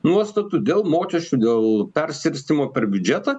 nuostatų dėl mokesčių dėl perskirstymo per biudžetą